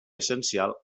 essencial